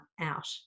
out